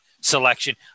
selection